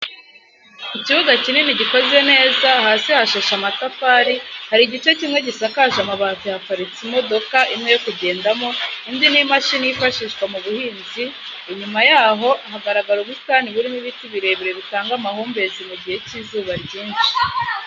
Ikibuga kinini gikoze neza hasi hashashe amatafari, hari igice kimwe gisakaje amabati haparitse imodoka imwe yokugendamo indi ni imashini yifashishwa mu buhinzi inyuma yaho hagaragara ubusitani burimo ibiti birebire bitanga amahumbezi mu gihe cy'izuba ryinshi.